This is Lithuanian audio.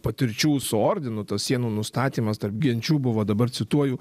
patirčių su ordinu tas sienų nustatymas tarp genčių buvo dabar cituoju